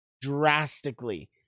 drastically